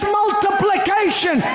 multiplication